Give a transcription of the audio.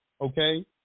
okay